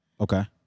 Okay